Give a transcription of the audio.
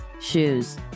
Shoes